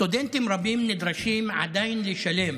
סטודנטים רבים נדרשים עדיין לשלם